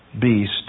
beast